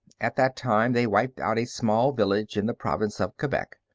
at that time they wiped out a small village in the province of quebec.